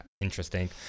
interesting